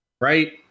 right